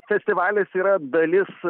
festivalis yra dalis